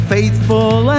Faithful